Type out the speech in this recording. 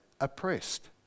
oppressed